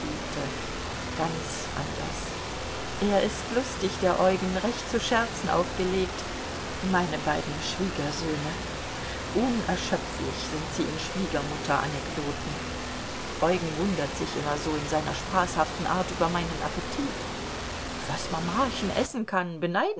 ganz anders er ist lustig der eugen recht zu scherzen aufgelegt meine beiden schwiegersöhne unerschöpflich sind sie in schwiegermutter anekdoten eugen wundert sich immer so in seiner spaßhaften art über meinen appetit was mamachen essen kann